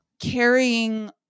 carrying